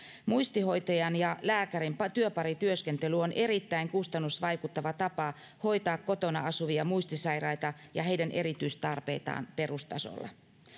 muistihoitajan ja lääkärin työparityöskentely on erittäin kustannusvaikuttava tapa hoitaa kotona asuvia muistisairaita ja heidän erityistarpeitaan perustasolla